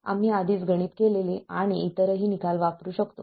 आम्ही आधीच गणित केलेले आणि इतरही निकाल वापरू शकतो